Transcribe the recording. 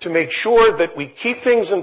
to make sure that we keep things in